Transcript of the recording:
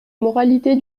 moralité